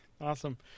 Awesome